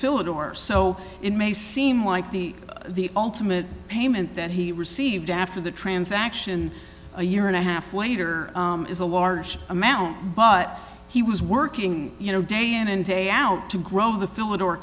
it or so it may seem like the the ultimate payment that he received after the transaction a year and a half waiter is a large amount but he was working you know day in and day out to grow the fi